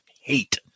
hate